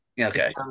Okay